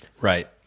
Right